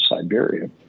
Siberia